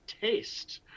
taste